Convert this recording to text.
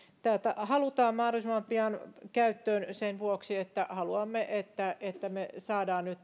tätä halutaan mahdollisimman pian käyttöön sen vuoksi että haluamme että että me saamme nyt